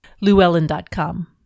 Llewellyn.com